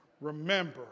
Remember